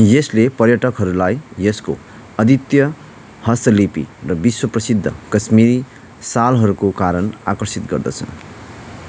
यसले पर्यटकहरूलाई यसको अद्वितीय हस्तलिपि र विश्वप्रसिद्ध कश्मिरी सालहरूको कारण आकर्षित गर्दछ